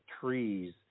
trees